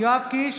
יואב קיש,